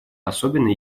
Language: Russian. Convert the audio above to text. особенно